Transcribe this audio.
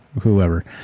whoever